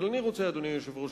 אדוני היושב-ראש,